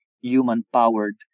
human-powered